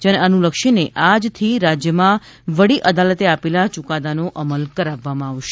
જેને અનુલક્ષીને આજથી રાજ્યમાં વડી અદાલતે આપેલા યુકાદાનો અમલ કરાવવામાં આવશે